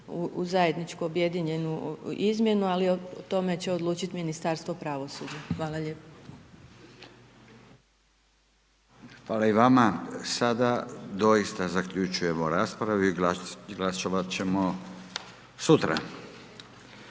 u zajedničku objedinjenu izmjenu, ali o tome će odlučit Ministarstvo pravosuđa. Hvala lijepo. **Jandroković, Gordan (HDZ)** Hvala i vama. Sada doista zaključujemo raspravu i glasovat ćemo sutra.